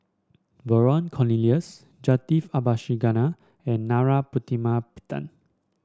Vernon Cornelius Jacintha Abisheganaden and Narana Putumaippittan